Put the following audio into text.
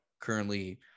currently